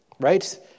right